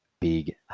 big